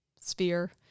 sphere